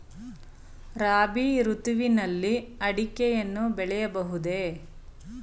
ರಾಬಿ ಋತುವಿನಲ್ಲಿ ಅಡಿಕೆಯನ್ನು ಬೆಳೆಯಬಹುದೇ?